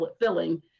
filling